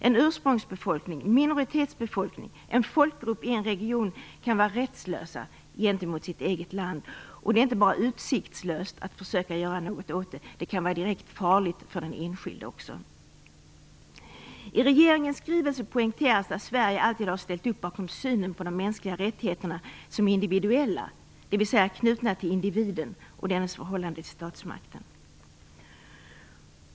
En ursprungsbefolkning, minoritetsbefolkning, och en folkgrupp i en region kan vara rättslösa gentemot sitt eget land. Och det är inte bara utsiktslöst att försöka göra något åt det, det kan även vara direkt farligt för den enskilde. I regeringens skrivelse poängteras att Sverige alltid har ställt upp bakom synen på de mänskliga rättigheterna som individuella, dvs. knutna till individen och dennes förhållande till statsmakten.